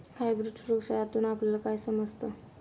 Hybrid सुरक्षा यातून आपल्याला काय समजतं?